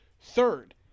Third